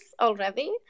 already